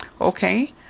okay